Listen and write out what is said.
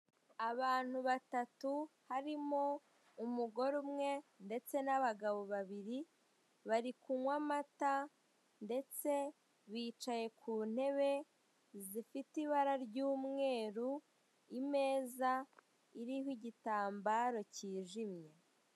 Abantu batatu harimo umugore umwe ndetse n'abagabo babiri bari kunkwa amata ndetse bicaye kuntebe zifite ibara ry'umweru imeza iriho igitambaro kijimye.